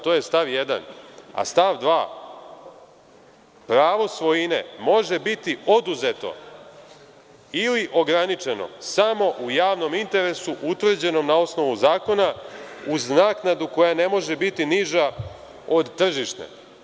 To je stav 1. Stav 2. – pravo svojine može biti oduzeto ili ograničeno samo u javnom interesu utvrđenom na osnovu zakona, uz naknadu koja ne može biti niža od tržišne.